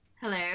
hello